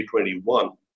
2021